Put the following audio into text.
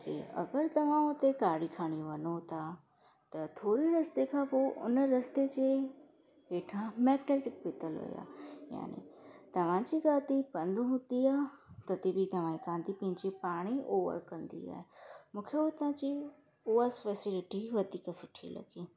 की अगरि तव्हां हुते गाॾी खणी वञो था त थोरी रस्ते खां पोइ उन रस्ते जे हेठां मैटलिक विधियलु हुआ यानि तव्हांजी गाॾी बंदि हूंदी आ तॾहिं बि तव्हांजे गाॾी पंहिंजी पाणेई ओवर कंदी आहे मूंखे हुतां जी उहा स्पैसिलिटी वधीक सुठी लॻी